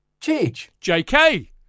JK